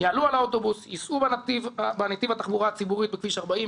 ייסע בנתיב התחבורה הציבורית בכביש 40,